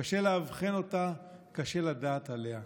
קשה לאבחן אותה וקשה לדעת עליה,